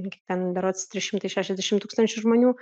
ir kiek ten berods trys šimtai šešiasdešim tūkstančių žmonių